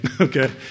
okay